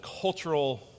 cultural